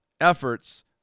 efforts